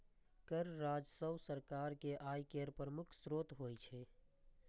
कर राजस्व सरकार के आय केर प्रमुख स्रोत होइ छै